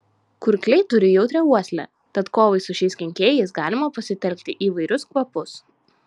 kurkliai turi jautrią uoslę tad kovai su šiais kenkėjais galima pasitelkti įvairius kvapus